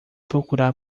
procurar